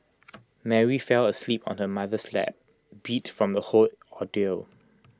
Mary fell asleep on her mother's lap beat from the whole ordeal